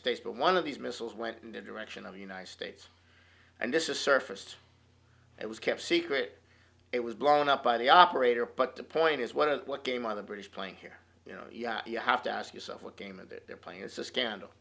states but one of these missiles went in the direction of the united states and this is surfaced it was kept secret it was blown up by the operator but the point is what it what came of the british plane here you know you have to ask yourself what game of it they're playing it's a scandal